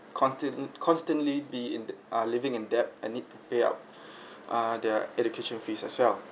contain constantly be in ah living in debt and need to pay up ah their education fees as well